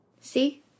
See